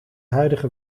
huidige